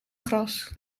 gras